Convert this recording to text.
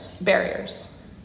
barriers